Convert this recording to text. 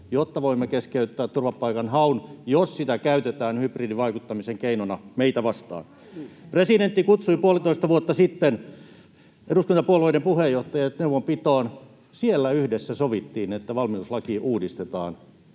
jotta voimme keskeyttää turvapaikanhaun, jos sitä käytetään hybridivaikuttamisen keinona meitä vastaan. Presidentti kutsui puolitoista vuotta sitten eduskuntapuolueiden puheenjohtajat neuvonpitoon. Siellä yhdessä sovittiin, että valmiuslaki uudistetaan